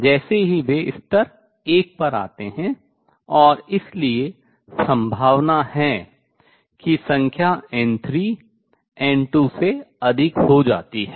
जैसे ही वे स्तर एक पर आते हैं और इसलिए संभावना है कि संख्या n3 n2 से अधिक हो जाती है